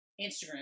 Instagram